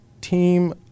team